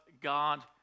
God